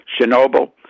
Chernobyl